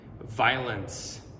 violence